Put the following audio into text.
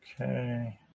okay